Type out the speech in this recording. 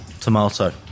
Tomato